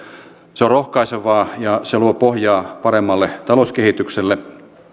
se on rohkaisevaa ja se luo pohjaa paremmalle talouskehitykselle